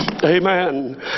Amen